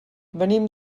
venim